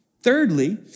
Thirdly